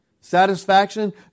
satisfaction